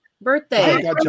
birthday